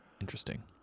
interesting